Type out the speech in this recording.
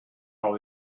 all